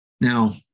Now